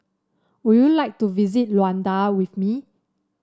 would you like to visit Luanda with me